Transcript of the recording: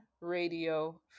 radio